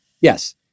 Yes